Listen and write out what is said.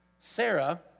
Sarah